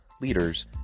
leaders